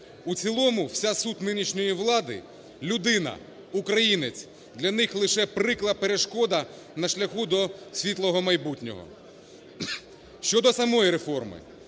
В цілому вся суть нинішньої влади людина, українець для них лише прикра перешкода на шляху до світлого майбутнього. Щодо самої реформи.